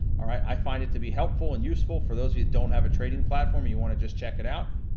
all right, i find it to be helpful and useful, for those of you that don't have a trading platform, you wanna just check it out.